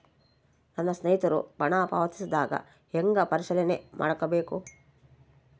ನನ್ನ ಸ್ನೇಹಿತರು ಹಣ ಪಾವತಿಸಿದಾಗ ಹೆಂಗ ಪರಿಶೇಲನೆ ಮಾಡಬೇಕು?